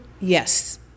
Yes